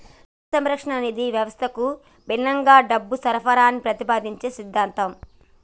ద్రవ్య సంస్కరణ అనేది వ్యవస్థకు భిన్నంగా డబ్బు సరఫరాని ప్రతిపాదించే సిద్ధాంతం